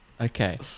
Okay